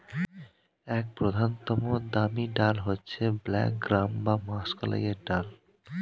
এক প্রধানতম দামি ডাল হচ্ছে ব্ল্যাক গ্রাম বা মাষকলাইয়ের ডাল